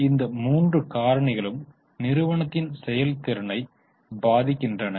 இப்போது இந்த மூன்று காரணிகளும் நிறுவனத்தின் செயல் திறனை பாதிக்கின்றன